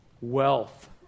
Wealth